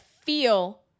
feel